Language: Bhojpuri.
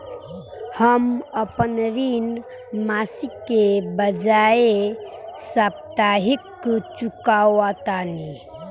हम अपन ऋण मासिक के बजाय साप्ताहिक चुकावतानी